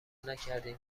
نکردین